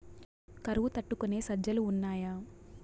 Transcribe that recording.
కరువు తట్టుకునే సజ్జలు ఉన్నాయా